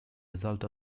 result